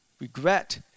regret